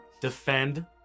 defend